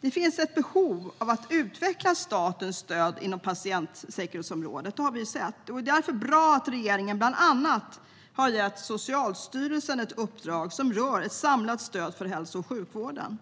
Det finns ett behov av att utveckla statens stöd inom patientsäkerhetsområdet. Det har vi sett. Det är därför bra att regeringen bland annat har gett Socialstyrelsen ett uppdrag som rör ett samlat stöd för hälso och sjukvården.